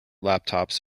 laptops